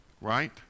right